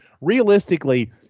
Realistically